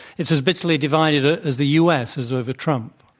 it's as bitterly divided ah as the u. s. is over trump.